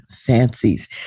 fancies